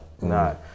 No